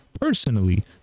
personally